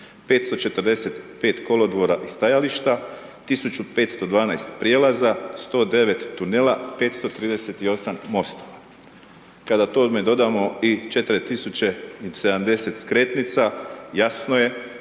545 kolodvora i stajališta, 1512 prijelaza, 109 tunela, 238 mostova. Kada tome dodamo i 4070 skretnica, jasno je